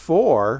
Four